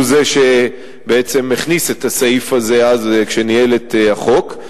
והוא שהכניס את הסעיף הזה אז כשניהל את החוק.